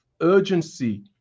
urgency